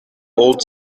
old